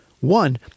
One